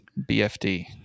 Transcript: BFD